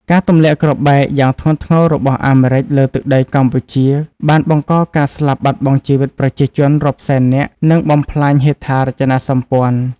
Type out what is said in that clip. ការទម្លាក់គ្រាប់បែកយ៉ាងធ្ងន់ធ្ងររបស់អាមេរិកលើទឹកដីកម្ពុជា បានបង្កការស្លាប់បាត់បង់ជីវិតប្រជាជនរាប់សែននាក់ និងបំផ្លាញហេដ្ឋារចនាសម្ព័ន្ធ។